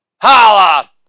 Holla